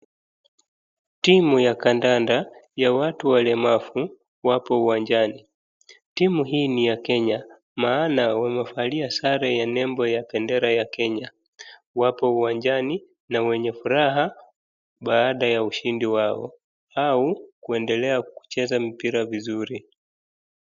Timu ya kandanda ya watu walemavu wapo uwanjani. Timu hii ni ya kenya maana wamevalia sare ya nembo ya bendera ya kenya. Wapo uwanjani na wenye furaha baada ya ushindi wao au kuendelea kucheza mpira vizuri.